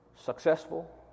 successful